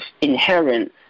inherent